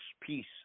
peace